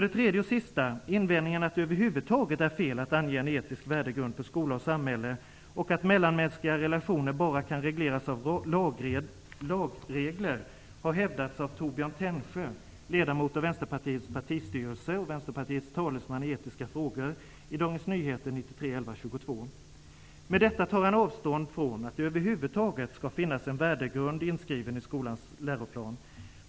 Den tredje och sista invändningen är att det över huvud taget är fel att ange en etisk värdegrund för skola och samhälle och att mellanmänskliga relationer bara kan regleras av lagregler. Detta har hävdats av Torbjörn Tännsjö, ledamot av Med detta tar han avstånd från att det över huvud taget skall finnas en värdegrund inskriven i skolans läroplan.